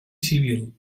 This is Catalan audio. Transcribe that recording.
civil